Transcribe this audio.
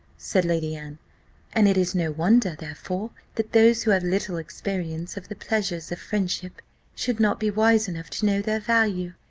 said lady anne and it is no wonder, therefore, that those who have little experience of the pleasures of friendship should not be wise enough to know their value.